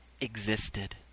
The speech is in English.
existed